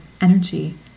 energy